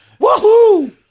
Woohoo